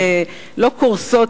לא קורסות,